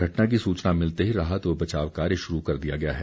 घटना की सूचना मिलते ही राहत व बचाव कार्य शुरू कर दिया गया है